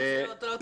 זה גם לדיון הזה.